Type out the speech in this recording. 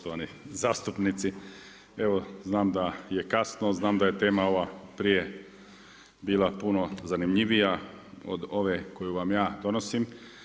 Poštovani zastupnici, evo znam da je kasno, znam da je tema ova prije bila puno zanimljivija od ove koju vam ja donosim.